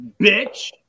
bitch